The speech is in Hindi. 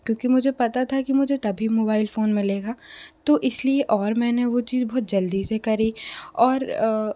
क्योंकि मुझे पता था कि मुझे तभी मोबाइल फोन मिलेगा तो इसलिए और मैंने वो चीज बहुत जल्दी से करी और